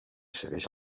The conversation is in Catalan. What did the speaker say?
segueix